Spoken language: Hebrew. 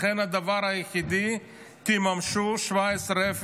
לכן הדבר היחידי: תממשו את 1701,